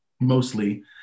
mostly